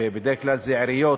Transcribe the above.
ובדרך כלל זה עירייה,